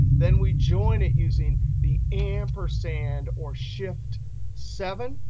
then we join it using the ampersand or shift seven.